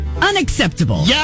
unacceptable